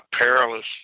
perilous